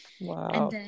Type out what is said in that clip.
Wow